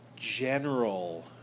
general